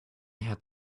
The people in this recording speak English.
had